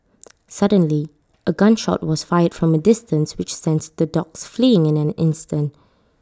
suddenly A gun shot was fired from A distance which sent the dogs fleeing in an instant